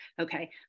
Okay